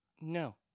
No